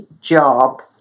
job